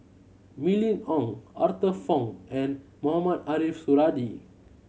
Mylene Ong Arthur Fong and Mohamed Ariff Suradi